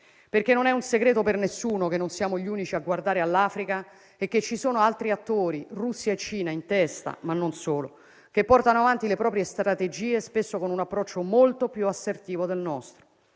perché non è un segreto per nessuno che non siamo gli unici a guardare all'Africa e che ci sono altri attori, Russia e Cina in testa, ma non solo, che portano avanti le proprie strategie, spesso con un approccio molto più assertivo del nostro.